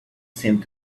seemed